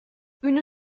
une